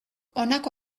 honako